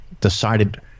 decided